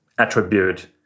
attribute